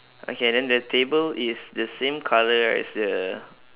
okay then the table is the same colour as the